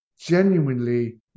Genuinely